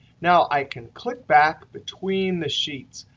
now i can click back between the sheets.